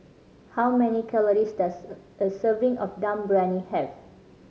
how many calories does a serving of Dum Briyani have